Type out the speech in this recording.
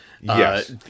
Yes